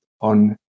on